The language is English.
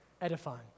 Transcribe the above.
edifying